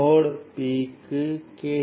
note p க்கு K